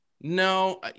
No